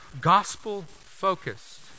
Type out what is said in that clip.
gospel-focused